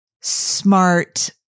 smart